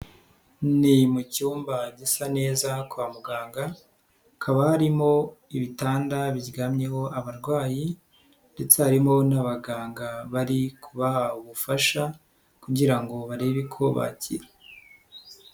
Ni mu cyumba gisa neza kwa muganga, hakaba harimo ibitanda biryamyeho abarwayi ndetse harimo n'abaganga bari kuba ubufasha kugira ngo barebe ko bakira.